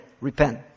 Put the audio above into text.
Repent